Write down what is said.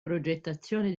progettazione